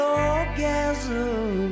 orgasm